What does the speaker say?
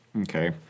Okay